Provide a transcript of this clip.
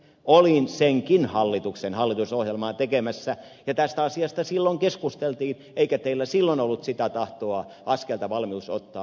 olin senkin hallituksen hallitusohjelmaa tekemässä ja tästä asiasta silloin keskusteltiin eikä teillä silloin ollut sitä tahtoa valmiutta ottaa tätä askelta